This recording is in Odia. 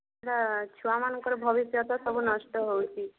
ଛୁଆମାନଙ୍କର ଭବିଷ୍ୟତ ସବୁ ନଷ୍ଟ ହେଉଛି